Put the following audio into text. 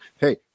Hey